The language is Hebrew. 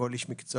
כל איש מקצוע,